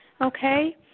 okay